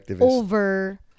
over